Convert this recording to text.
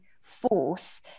force